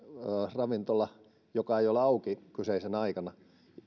ravintola joka ei ole auki kyseisenä aikana